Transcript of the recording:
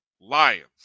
Lions